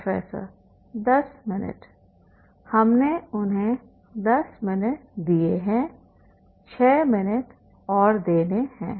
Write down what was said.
professor 10 minute हमने उन्हें 10 minute दिए हैं 6 मिनट और देने हैं